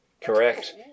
Correct